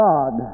God